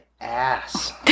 ass